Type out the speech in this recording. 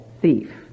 thief